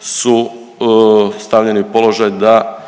su stavljeni u položaj da